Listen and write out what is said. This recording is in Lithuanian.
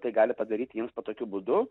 tai gali padaryti jiems patogiu būdu